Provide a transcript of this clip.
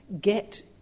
get